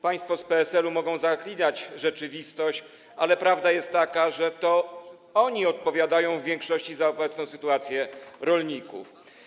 Państwo z PSL mogą zaklinać rzeczywistość, ale prawda jest taka, że to oni odpowiadają w większości za obecną sytuację rolników.